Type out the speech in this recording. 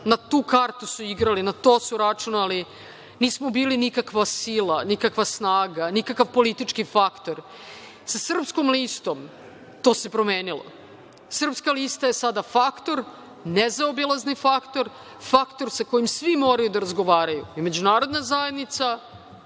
na tu kartu igrali, na to su računali. Nismo bili nikakva sila, nikakva snaga, nikakav politički faktor. Sa Srpskom listom to se promenilo. Srpska lista je sada faktor, nezaobilazni faktor, faktor sa kojim svi moraju da razgovaraju i međunarodna zajednica,